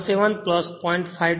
17 0